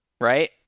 right